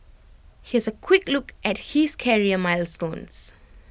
here's A quick look at his career milestones